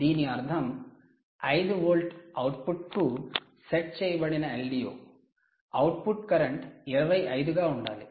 దీని అర్థం 5 వోల్ట్ అవుట్పుట్కు సెట్ చేయబడిన LDO అవుట్పుట్ కరెంట్ 25 గా ఉండాలి